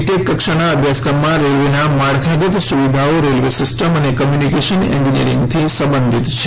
tech કક્ષાનાં અભ્યાસક્રમમાં રેલ્વેનાં માળખાગત સુવિધાઓ રેલ્વે સિસ્ટમ અને કમ્યુનિકેશન એન્જિનીયરીંગથી સંબંધીત છે